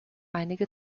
einige